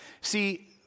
See